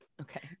Okay